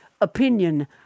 opinion